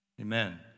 Amen